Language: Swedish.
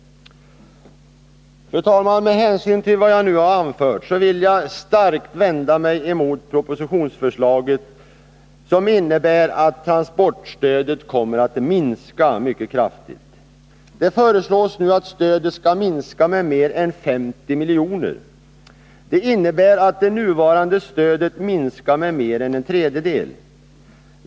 Fru talman! Med hänsyn till vad jag nu har anfört vill jag starkt vända mig emot propositionsförslaget, som innebär att transportstödet kommer att minska mycket kraftigt. Det föreslås nu att stödet skall minska med mer än 50 milj.kr. Det innebär att det nuvarande stödet minskar med mer än en tredjedel.